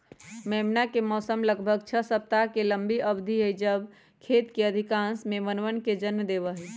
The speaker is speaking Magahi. मेमना के मौसम लगभग छह सप्ताह के लंबी अवधि हई जब खेत के अधिकांश मेमनवन के जन्म होबा हई